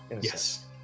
yes